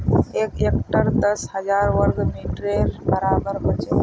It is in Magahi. एक हेक्टर दस हजार वर्ग मिटरेर बड़ाबर छे